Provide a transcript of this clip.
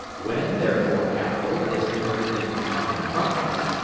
when, therefore, capital is converted into common property,